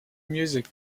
music